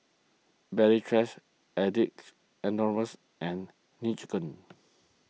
Valley Chef Addicts Anonymous and Nene Chicken